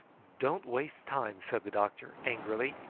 don't waste time, said the doctor angrily.